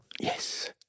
Yes